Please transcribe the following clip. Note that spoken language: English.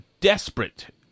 desperate